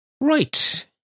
Right